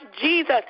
Jesus